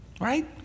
right